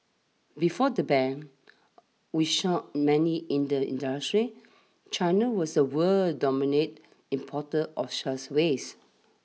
before the ban which shocked many in the industry China was the world's dominant importer of such waste